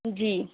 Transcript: جی